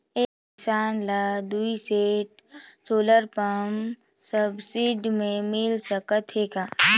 एक किसान ल दुई सेट सोलर पम्प सब्सिडी मे मिल सकत हे का?